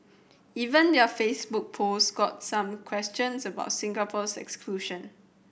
even their Facebook post got some questions about Singapore's exclusion